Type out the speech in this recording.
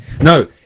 No